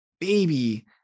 baby